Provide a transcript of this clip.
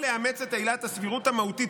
או "לאמץ את עילת הסבירות המהותית,